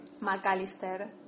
Macalister